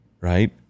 right